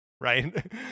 right